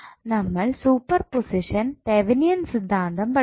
നമ്മൾ superposition തെവനിയൻ സിദ്ധാന്തം പഠിച്ചു